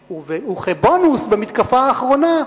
כולנו רואים את קהל היעד.